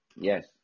Yes